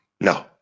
No